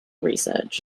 research